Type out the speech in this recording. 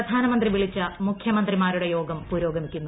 പ്രധാനമന്ത്രി വിളിച്ച മുഖൃമന്ത്രിമാരുടെ യോഗം പുരോഗമിക്കുന്നു